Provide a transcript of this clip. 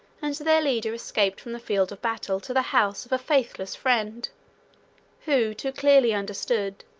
and their leader escaped from the field of battle to the house of a faithless friend who too clearly understood,